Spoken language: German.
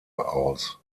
aus